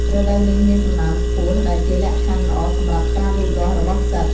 រដូវនេះមានសំណើមខ្ពស់ ដែលជាលក្ខខណ្ឌល្អសម្រាប់ការលូតលាស់របស់ផ្សិត។